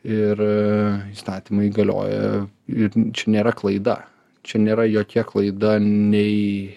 ir įstatymai galioja ir čia nėra klaida čia nėra jokia klaida nei